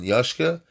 Yashka